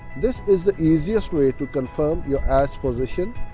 this is the easiest way to confirm your ad's position,